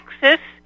Texas